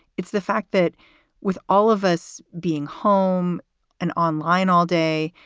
it's the fact that with all of us being home and online all day,